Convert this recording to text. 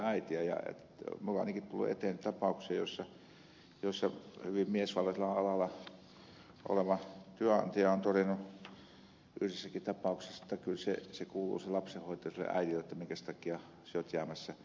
minulla on ainakin tullut eteen tapauksia joissa hyvin miesvaltaisella alalla oleva työnantaja on todennut yhdessäkin tapauksessa että kyllä se lapsenhoito kuuluu sille äidille että minkäs takia sinä olet jäämässä